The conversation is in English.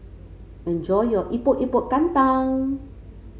enjoy your Epok Epok Kentang